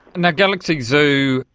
and galaxy zoo,